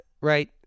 right